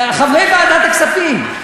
חברי ועדת הכספים.